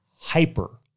Hyper